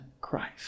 Christ